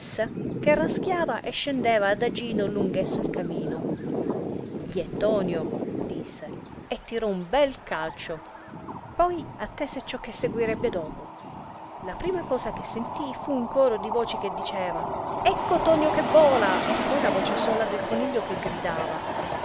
che raschiava e scendeva adagino lunghesso il camino gli è tonio disse e tirò un bel calcio poi attese ciò che seguirebbe dopo la prima cosa che sentì fu un coro di voci che diceva ecco tonio che vola e poi la voce sola del coniglio che gridava